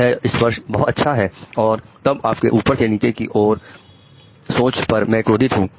यह स्पर्श अच्छा है और तब आपके ऊपर से नीचे की ओर की सोच पर मैं क्रोधित हूं